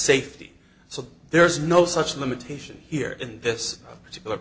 safety so there is no such limitation here in this particular